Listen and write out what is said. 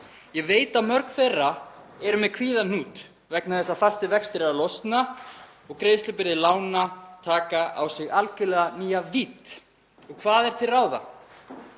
Ég veit að mörg þeirra eru með kvíðahnút vegna þess að fastir vextir eru að losna og greiðslubyrði lána að taka á sig algerlega nýja vídd. Hvað er til ráða?